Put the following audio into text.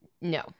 no